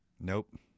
Nope